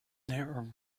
their